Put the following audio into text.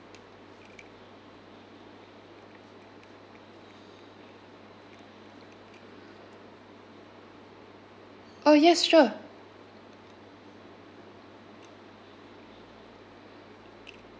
oh yes sure